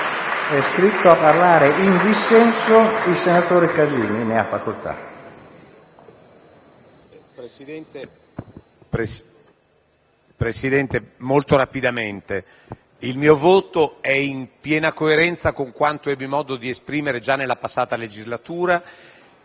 intervengo molto rapidamente. Il mio voto è in piena coerenza con quanto ebbi modo di esprimere già nella passata legislatura.